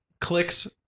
Clicks